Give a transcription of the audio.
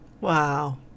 Wow